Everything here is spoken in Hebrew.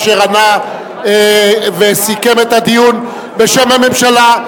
אשר עלה וסיכם את הדיון בשם הממשלה.